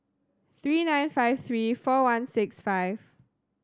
three nine five three four one six five